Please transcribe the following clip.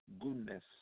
goodness